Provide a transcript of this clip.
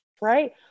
right